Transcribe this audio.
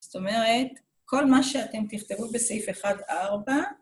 זאת אומרת, כל מה שאתם תכתבו בסעיף 1-4,